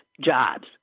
jobs